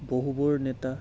বহুবোৰ নেতা